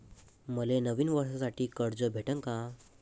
मले नवीन वर्षासाठी कर्ज भेटन का?